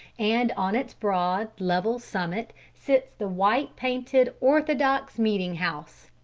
and on its broad, level summit sits the white-painted orthodox meeting-house.